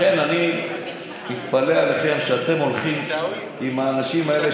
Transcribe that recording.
לכן אני מתפלא עליכם שאתם הולכים עם האנשים האלה,